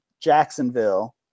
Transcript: Jacksonville